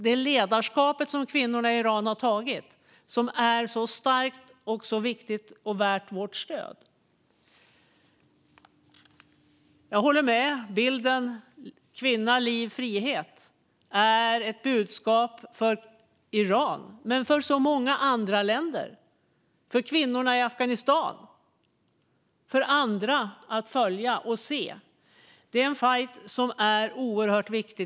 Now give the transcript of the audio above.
Det ledarskap som kvinnorna i Iran har tagit är starkt, viktigt och värt vårt stöd. Jag håller med: Bilden kvinna, liv, frihet är ett budskap för Iran men också för många andra länder, för kvinnorna i Afghanistan och för andra att följa och se. Det är en fajt som är oerhört viktig.